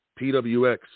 PWX